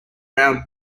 round